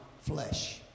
flesh